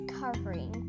covering